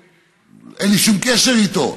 שאין לי שום קשר איתו,